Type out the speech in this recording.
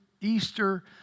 Easter